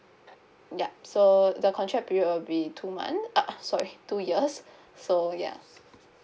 yup so the contract period will be two month uh sorry two years so yeah